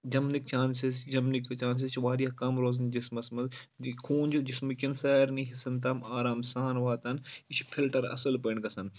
جَمنٕکۍ chances جَمنٕکۍ chances چھِ واریاہ کَم روزان جِسمَس منٛز خوٗن جِسمہٕ کؠن سارنٕے حِصَن تام آرام سان واتان یہِ چھِ فِلٹَر اَصٕل پٲٹھۍ گژھان